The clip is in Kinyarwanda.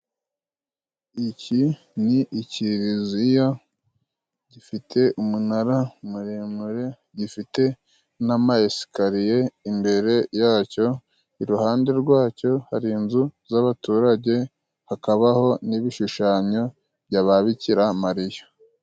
Iki ni Ikiliziya gifite umunara muremure, gifite n'amayesikariye imbere yacyo, iruhande rwacyo hari inzu z'abaturage, hakabaho n'ibishushanyo bya ba Bikiramariya.